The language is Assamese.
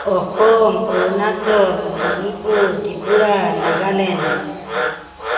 অসম অৰুণাচল মণিপুৰ ত্ৰিপুৰা নাগালেণ্ড